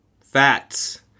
Fats